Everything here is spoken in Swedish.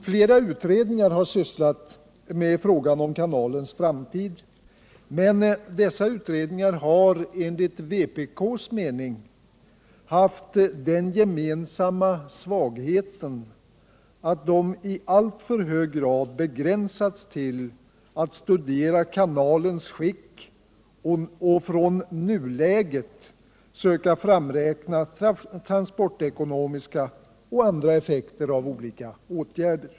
Flera utredningar har sysslat med frågan om kanalens framtid, men dessa har enligt vpk:s mening haft den gemensamma svagheten att de i alltför hög grad begränsats till att studera kanalens skick och att från nuläget söka framräkna transportekonomiska och andra effekter av olika åtgärder.